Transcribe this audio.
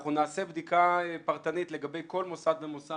אנחנו נעשה בדיקה פרטנית לגבי כל מוסד ומוסד